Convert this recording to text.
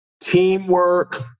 Teamwork